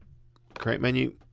create menu.